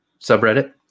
subreddit